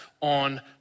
on